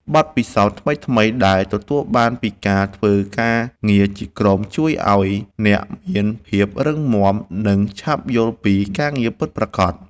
បទពិសោធន៍ថ្មីៗដែលទទួលបានពីការធ្វើការងារជាក្រុមជួយឱ្យអ្នកមានភាពរឹងមាំ និង ឆាប់យល់ពីការងារពិតប្រាកដ។